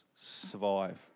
survive